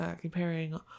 comparing